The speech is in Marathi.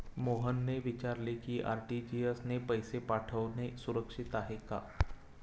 मोहनने विचारले की आर.टी.जी.एस ने पैसे पाठवणे सुरक्षित आहे का?